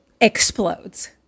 explodes